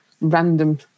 random